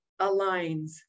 aligns